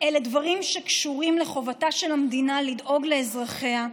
אלה דברים שקשורים לחובתה של המדינה לדאוג לאזרחיה,